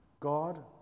God